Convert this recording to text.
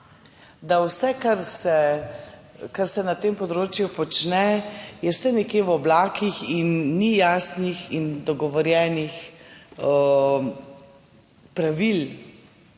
je vse, kar se na tem področju počne, nekje v oblakih in ni jasnih in dogovorjenih pravil,